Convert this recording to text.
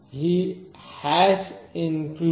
he include mbed